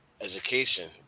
education